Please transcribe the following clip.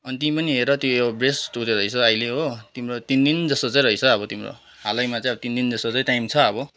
अनि तिमी पनि हेर हो त्यो बेस्ट हुँदोरहेछ अहिले हो तिम्रो तिन दिन जस्तो चाहिँ रहेछ अब तिम्रो हालैमा चाहिँ अब तिन दिन जस्तो चाहिँ टाइम छ अब